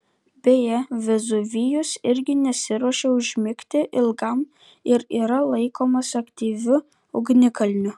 beje vezuvijus irgi nesiruošia užmigti ilgam ir yra laikomas aktyviu ugnikalniu